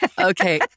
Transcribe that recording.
Okay